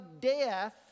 death